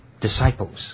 disciples